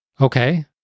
Okay